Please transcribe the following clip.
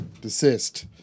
desist